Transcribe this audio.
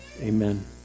Amen